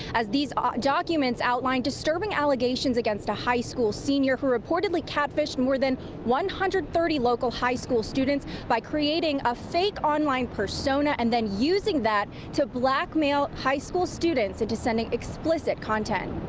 as these ah documents outline disturbing allegations against high school senior who reportedly cat fished more than one hundred and thirty local high school students by creating a fake on line persona and then using that to black mail, high school students, into sending explicit content.